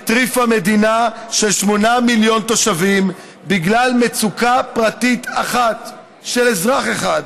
הטריפה מדינה של שמונה מיליון תושבים בגלל מצוקה פרטית אחת של אזרח אחד,